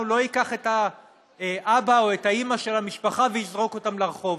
לא ייקח את האבא או את האימא של המשפחה ויזרוק אותם לרחוב?